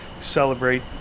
celebrate